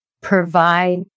provide